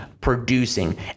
producing